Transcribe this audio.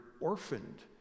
orphaned